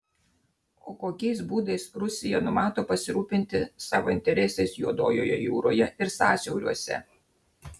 o kokiais būdais rusija numato pasirūpinti savo interesais juodojoje jūroje ir sąsiauriuose